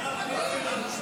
להצבעה.